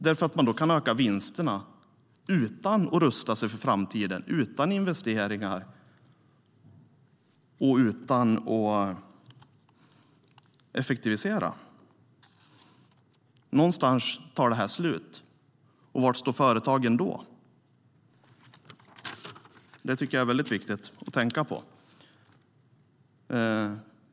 Då kan man öka vinsterna utan att rusta sig för framtiden och utan att investera och effektivisera. Någonstans tar detta slut, och var står företagen då? Det är viktigt att tänka på.